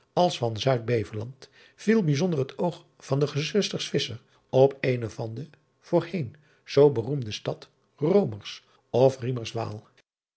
als van uidbeveland viel bijzonder het oog van de gezusters driaan oosjes zn et leven van illegonda uisman op eene van de voorheen zoo beroemde stad omers of